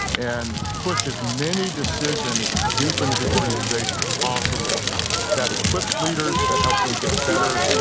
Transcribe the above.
and push as many decisions deep into the organization as possible that equips leaders, that helps them get better,